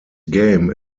game